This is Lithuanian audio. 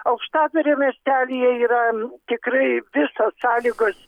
aukštadvario miestelyje yra tikrai visos sąlygos